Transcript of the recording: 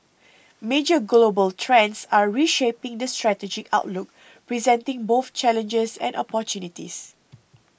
major global trends are reshaping the strategic outlook presenting both challenges and opportunities